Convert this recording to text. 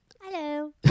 Hello